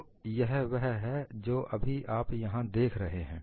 तो यह वह है जो अभी आप यहां पर देख रहे हैं